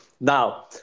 Now